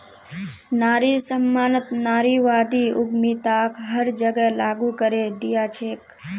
नारिर सम्मानत नारीवादी उद्यमिताक हर जगह लागू करे दिया छेक